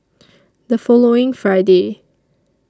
The following Friday